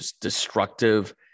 destructive